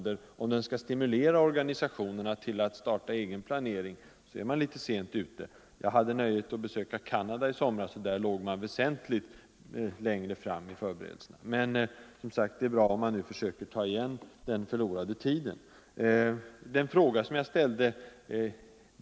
Om det är meningen att den skall stimulera organisationerna till att starta egen planering, är man väl sent ute. När jag i somras hade nöjet att besöka Canada fann jag att man där hade kommit väsentligt längre med förberedelserna. Men det är som sagt bra, om man här hemma nu försöker ta igen den förlorade tiden.